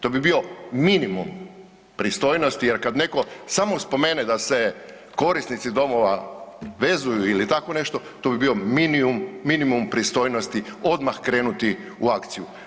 To bi bio minimum pristojnosti jer kad neko samo spomene da se korisnici domova vezuju ili tako nešto, to bi bio minimum, minimum pristojnosti odmah krenuti u akciju.